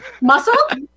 Muscle